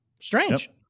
Strange